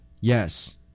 Yes